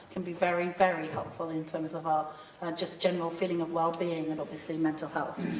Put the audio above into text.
can be very, very helpful in terms of our just general feeling of well-being and, obviously, mental health.